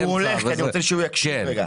כי הוא הולך, ואני רוצה שהוא יקשיב רגע.